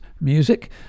music